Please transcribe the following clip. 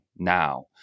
now